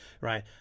Right